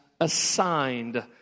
assigned